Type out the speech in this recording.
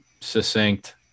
succinct